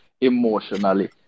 emotionally